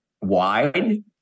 wide